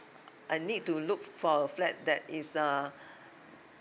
I need to look for a flat that is uh